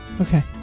Okay